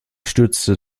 stürzte